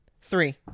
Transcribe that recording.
Three